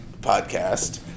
podcast